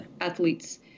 athletes